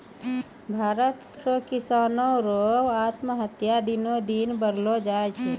भारत रो किसानो रो आत्महत्या दिनो दिन बढ़लो जाय छै